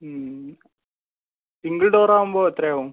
single door ആവുമ്പോൾ എത്ര ആവും